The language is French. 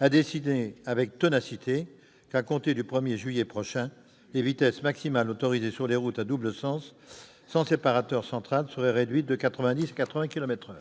a décidé avec ténacité qu'à compter du 1 juillet prochain la vitesse maximale autorisée sur les routes à double sens sans séparateur central serait réduite de 90 kilomètres